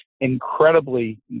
incredibly